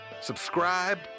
subscribe